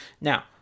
Now